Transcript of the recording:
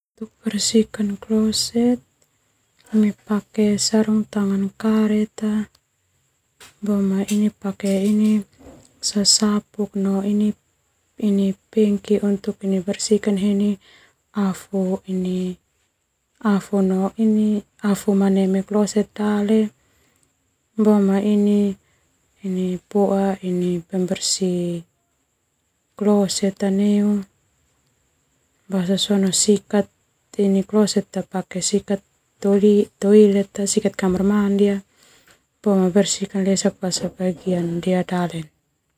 Pake sarung tangan pake sasapuk.